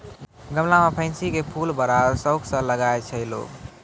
गमला मॅ पैन्सी के फूल बड़ा शौक स लगाय छै लोगॅ